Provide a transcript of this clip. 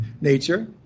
nature